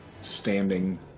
standing